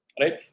right